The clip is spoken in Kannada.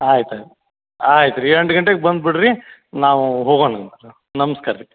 ಆಯ್ತು ಆಯ್ತು ಆಯ್ತು ರೀ ಎಂಟು ಗಂಟೆಗೆ ಬಂದುಬಿಡ್ರಿ ನಾವು ಹೋಗೋಣಂತೆ ನಮ್ಸ್ಕಾರ ರೀ